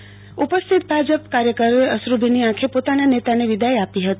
સ્મશાનમાં ઉપસ્થિત ભાજપ કાર્યકરો એ અશ્રુભીની આંખે પોતાના નેતા ને વિદાય આપી હતી